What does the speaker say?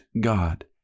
God